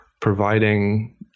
providing